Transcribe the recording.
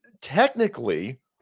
technically